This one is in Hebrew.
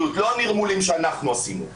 חושבים שאנחנו לא במצב חירום,